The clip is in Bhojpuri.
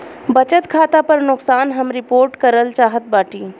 बचत खाता पर नुकसान हम रिपोर्ट करल चाहत बाटी